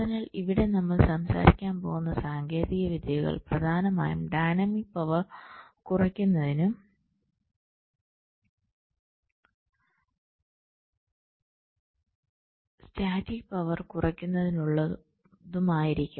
അതിനാൽഇവിടെ നമ്മൾ സംസാരിക്കാൻ പോകുന്ന സാങ്കേതിക വിദ്യകൾ പ്രധാനമായും ഡൈനാമിക് പവർ കുറയ്ക്കുന്നതിനും സ്റ്റാറ്റിക് പവർ കുറയ്ക്കുന്നതിനുമുള്ളതായിരിക്കും